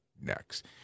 next